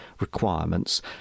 requirements